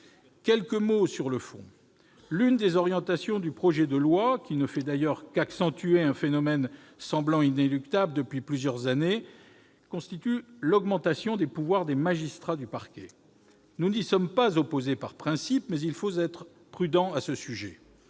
quelques mots. L'une des orientations du projet de loi, qui ne fait d'ailleurs qu'accentuer un phénomène semblant inéluctable depuis plusieurs années, c'est l'augmentation des pouvoirs des magistrats du parquet. Nous n'y sommes pas opposés par principe, mais il faut être prudent à ce sujet.